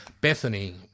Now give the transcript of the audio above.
Bethany